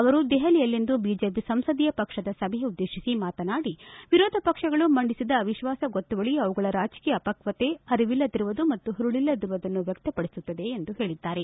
ಅವರು ದೆಹಲಿಯಲ್ಲಿಂದು ಬಿಜೆಪಿ ಸಂಸದೀಯ ಪಕ್ಷದ ಸಭೆ ಉದ್ಲೇಶಿಸಿ ಮಾತನಾಡಿ ವಿರೋಧ ಪಕ್ಷಗಳು ಮಂಡಿಸಿದ ಅವಿತ್ವಾಸ ಗೊತ್ತುವಳಿ ಅವುಗಳ ರಾಜಕೀಯ ಅಪಕ್ಷತೆ ಅರಿವಿಲ್ಲದಿರುವುದು ಮತ್ತು ಹುರುಳಲ್ಲದಿರುವುದನ್ನು ವ್ಯಕ್ತಪಡಿಸುತ್ತದೆ ಎಂದು ಹೇಳಿದ್ದಾರೆ